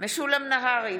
משולם נהרי,